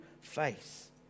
face